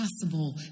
possible